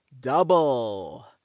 double